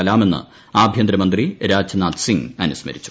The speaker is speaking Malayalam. കലാം എന്ന് ആഭ്യന്തരമന്ത്രി രാജ്നാഥ് സിംഗ് അനുസ്മരിച്ചു